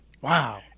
Wow